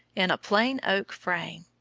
in a plain oak frame.